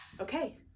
Okay